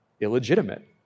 illegitimate